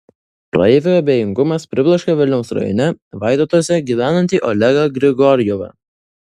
praeivių abejingumas pribloškė vilniaus rajone vaidotuose gyvenantį olegą grigorjevą